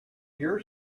your